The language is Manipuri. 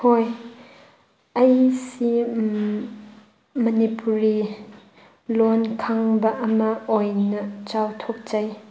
ꯍꯣꯏ ꯑꯩꯁꯤ ꯃꯅꯤꯄꯨꯔꯤ ꯂꯣꯜ ꯈꯪꯕ ꯑꯃ ꯑꯣꯏꯅ ꯆꯥꯎꯊꯣꯛꯆꯩ